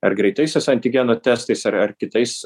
ar greitais tai antigenų testais ar ar kitais